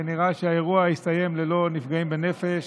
ונראה שהאירוע הסתיים ללא נפגעים בנפש.